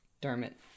Dermot